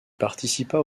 participa